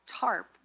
tarp